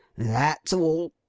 that's all!